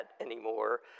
anymore